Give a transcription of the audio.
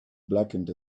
blackened